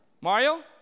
Mario